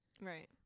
Right